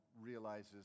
realizes